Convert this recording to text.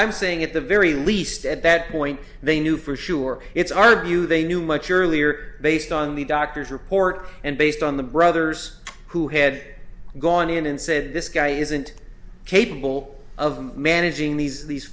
i'm saying at the very least at that point they knew for sure it's our view they knew much earlier based on the doctor's report and based on the brothers who had gone in and said this guy isn't capable of managing these these